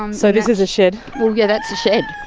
um so this is a shed? well, yeah, that's a shed,